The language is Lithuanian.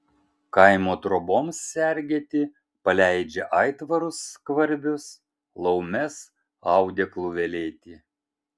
kaimo troboms sergėti paleidžia aitvarus skvarbius laumes audeklų velėti